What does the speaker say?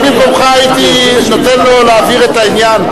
אני במקומך הייתי נותן לו להעביר את העניין.